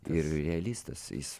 ir realistas jis